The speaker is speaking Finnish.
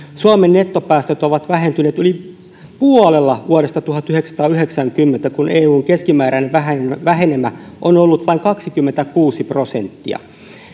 suomen nettopäästöt ovat vähentyneet yli puolella vuodesta tuhatyhdeksänsataayhdeksänkymmentä kun eun keskimääräinen vähenemä vähenemä on ollut vain kaksikymmentäkuusi prosenttia